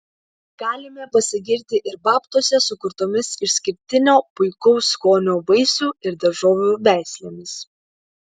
galime pasigirti ir babtuose sukurtomis išskirtinio puikaus skonio vaisių ir daržovių veislėmis